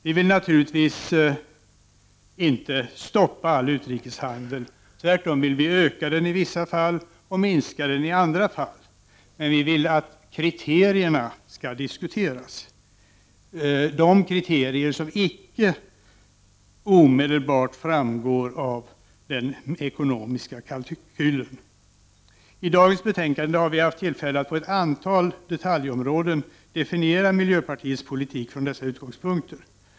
Vi vill naturligtvis inte stoppa all utrikeshandel, tvärtom vill vi öka den i många fall och minska den i andra fall. Men vi vill att kriterierna skall diskuteras — de kriterier som icke omedelbart framgår av den ekonomiska kalkylen. I dagens betänkande har vi haft tillfälle att på ett antal detaljområden definiera miljöpartiets politik från dessa utgångspunkter.